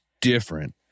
different